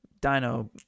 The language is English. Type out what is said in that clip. Dino